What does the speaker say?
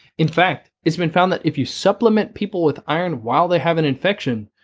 in fact, it's been found that if you supplement people with iron while they have an infection,